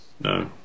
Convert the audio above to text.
no